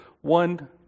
one